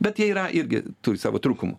bet jie yra irgi turi savo trūkumų